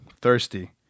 thirsty